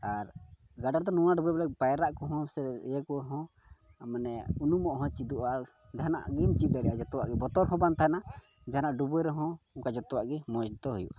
ᱟᱨ ᱜᱟᱰᱟ ᱨᱮᱫᱚ ᱱᱚᱣᱟ ᱰᱟᱹᱵᱽᱨᱟᱹᱜ ᱯᱟᱭᱨᱟᱜ ᱠᱚᱦᱚᱸ ᱥᱮ ᱤᱭᱟᱹ ᱠᱚᱦᱚᱸ ᱢᱟᱱᱮ ᱩᱱᱩᱢᱚᱜ ᱦᱚᱸ ᱪᱮᱫᱚᱜᱼᱟ ᱟᱨ ᱡᱟᱦᱟᱱᱟᱜ ᱜᱤᱧ ᱪᱮᱫ ᱫᱟᱲᱮᱭᱟᱜᱼᱟ ᱡᱚᱛᱚᱣᱟᱜ ᱜᱮ ᱵᱚᱛᱚᱨ ᱦᱚᱸ ᱵᱟᱝ ᱛᱟᱦᱮᱱᱟ ᱡᱟᱦᱟᱱᱟᱜ ᱰᱩᱵᱟᱹ ᱨᱮᱦᱚᱸ ᱚᱱᱠᱟ ᱡᱚᱛᱚᱣᱟᱜ ᱜᱮ ᱢᱚᱡᱽ ᱫᱚ ᱦᱩᱭᱩᱜᱼᱟ